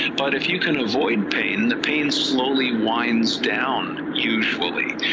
but if you can avoid pain, the pain slowly winds down usually,